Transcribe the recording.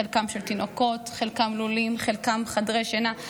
חלקן של תינוקות, חלקן לולים, חלקן חדרי שינה,